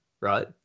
right